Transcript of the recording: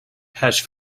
hash